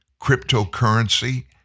cryptocurrency